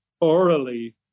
orally